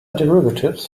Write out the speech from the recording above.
derivatives